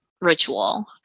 ritual